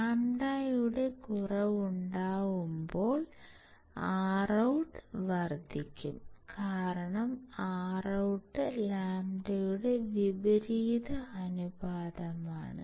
λ യുടെ കുറവുണ്ടാകുമ്പോൾ ROUT വർദ്ധിക്കും കാരണം ROUT λ യുടെ വിപരീത അനുപാതമാണ്